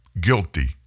guilty